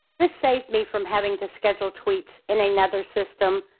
this saved me from having to schedule tweets in another system.